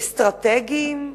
אסטרטגיים,